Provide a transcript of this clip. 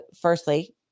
firstly